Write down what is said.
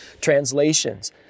translations